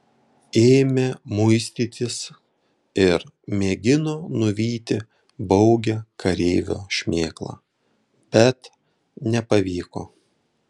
ėmė muistytis ir mėgino nuvyti baugią kareivio šmėklą bet nepavyko